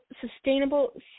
Sustainable